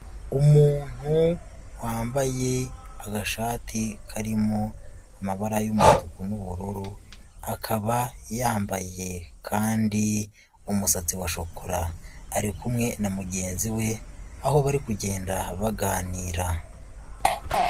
Umuntu wambaye agashati karimo amabara y'umutuku n'ubururu akaba yambaye kandi umusatsi wa shokora, ari kumwe na mugenzi we aho bari kugenda baganira.